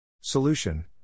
Solution